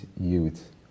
youth